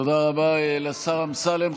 תודה רבה לשר אמסלם.